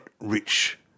Rich